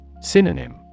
Synonym